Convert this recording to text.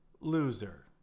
loser